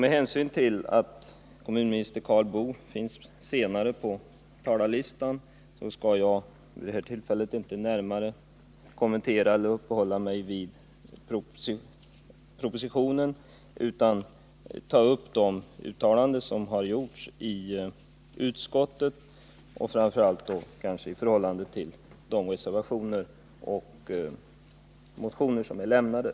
Med hänsyn till att kommunminister Karl Boo finns upptagen senare på talarlistan skall jag vid detta tillfälle inte närmare kommentera eller uppehålla mig vid propositionen utan ta upp de uttalanden som gjorts i utskottet och framför allt då beröra de reservationer och motioner som är lämnade.